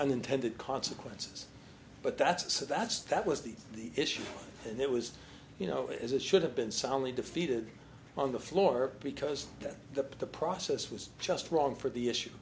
unintended consequences but that's that's that was the issue and it was you know it is it should have been soundly defeated on the floor because the process was just wrong for the issue